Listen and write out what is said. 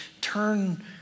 turn